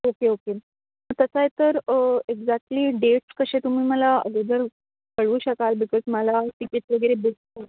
okay okay तसं आहे तर एक्झॅक्टली डेट्स कसे तुम्ही मला अगोदर कळवू शकाल बिकॉज मला टिकिट्स वगैरे बुक